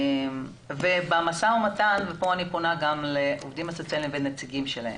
אני פונה פה גם לעובדים הסוציאליים ולנציגים שלהם: